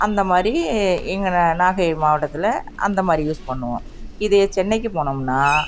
அந்த மாதிரி எங்கள் நா நாகை மாவட்டத்தில் அந்த மாதிரி யூஸ் பண்ணுவோம் இதே சென்னைக்கு போனோம்னால்